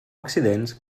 accidents